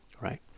right